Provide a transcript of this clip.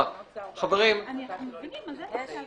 אז אין בעיה, אפשר להכניס את זה.